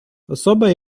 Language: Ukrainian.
особа